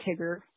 Tigger